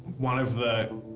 one of the